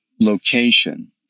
location